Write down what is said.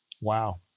Wow